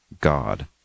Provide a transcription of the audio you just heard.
God